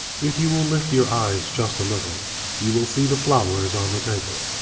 if you will lift your eyes just a little you will see the flowers on the table,